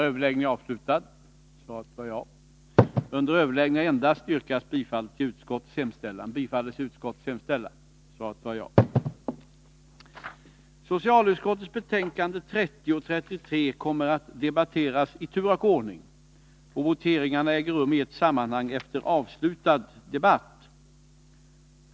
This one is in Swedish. Socialförsäkringsutskottets betänkanden 21 och 23 kommer att debatteras i tur och ordning, och voteringarna äger rum i ett sammanhang efter avslutad debatt.